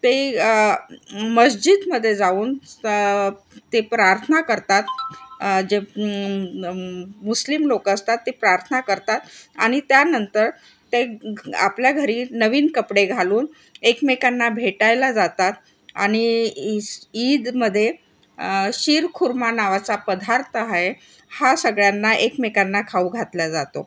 ते मस्जिदमध्ये जाऊन ते प्रार्थना करतात जे मुस्लिम लोक असतात ते प्रार्थना करतात आणि त्यानंतर ते आपल्या घरी नवीन कपडे घालून एकमेकांना भेटायला जातात आणि ईद ईदमध्ये शिरखुरमा नावाचा पदार्थ आहे हा सगळ्यांना एकमेकांना खाऊ घातल्या जातो